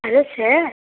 hello sir